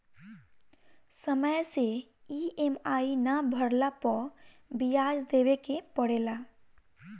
समय से इ.एम.आई ना भरला पअ बियाज देवे के पड़ेला